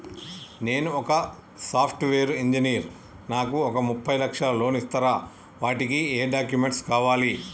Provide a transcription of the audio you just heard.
నేను ఒక software engineer నాకు ఒక ముప్పై లక్షల లోన్ ఇస్తరా? వాటికి ఏం డాక్యుమెంట్స్ కావాలి?